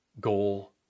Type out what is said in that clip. goal